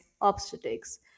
obstetrics